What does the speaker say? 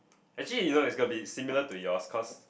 actually you know it's gonna be similar to yours cause